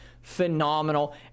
phenomenal